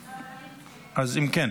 אם כן,